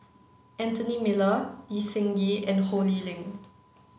Anthony Miller Lee Seng Gee and Ho Lee Ling